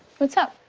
what's up?